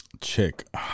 chick